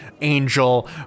angel